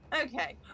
Okay